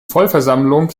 vollversammlung